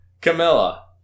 Camilla